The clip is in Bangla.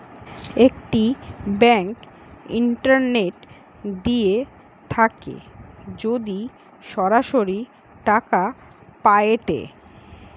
একটি ব্যাঙ্ক ইন্টারনেট দিয়ে থাকে যদি সরাসরি টাকা পায়েটে